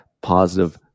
positive